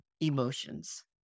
emotions